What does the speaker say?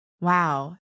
Wow